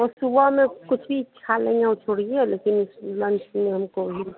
सुबह में कुछ भी खा लेंगे वह छोड़िए लेकिन लन्च में हमको